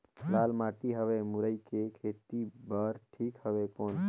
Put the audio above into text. लाल माटी हवे मुरई के खेती बार ठीक हवे कौन?